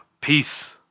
Peace